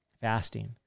fasting